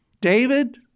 David